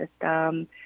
system